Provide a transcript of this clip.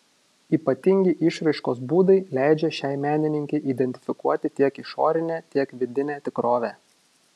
ypatingi išraiškos būdai leidžia šiai menininkei identifikuoti tiek išorinę tiek vidinę tikrovę